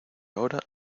ahora